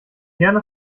gerne